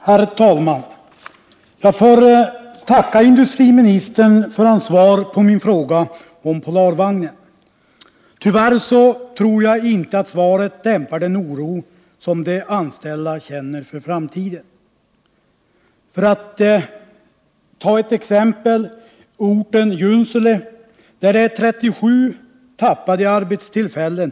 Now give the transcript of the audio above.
Herr talman! Jag får tacka industriministern för hans svar på min fråga om Polarvagnen. Tyvärr dämpar nog inte svaret den oro som de anställda känner för framtiden. För att ta ett exempel: orten Junsele tappar 37 arbetstillfällen.